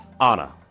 Anna